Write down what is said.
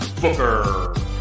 Booker